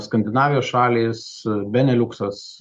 skandinavijos šalys beneliuksas